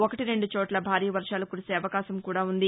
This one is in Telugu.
ఒకటి రెండు చోట్ల భారీ వర్వాలు కురిసే అవకాశం కూడా ఉంది